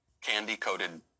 candy-coated